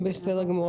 בסדר גמור,